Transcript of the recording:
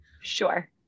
Sure